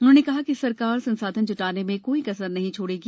उन्होंने कहा कि सरकार संसाधन ज्टाने में कोई कसर नहीं छोड़ेगी